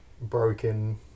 broken